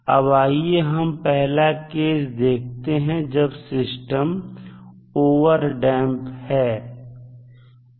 अब आइए हम पहला केस देखते हैं जब सिस्टम ओवरटडैंप है